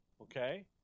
Okay